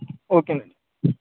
okay అండి